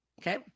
Okay